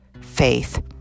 faith